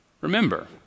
remember